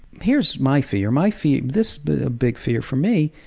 here's my fear, my fear, this big fear for me,